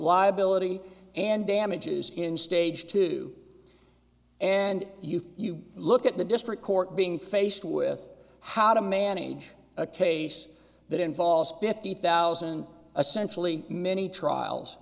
liability and damages in stage two and you you look at the district court being faced with how to manage a case that involves the thousand essentially many trials